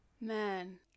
Man